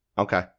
Okay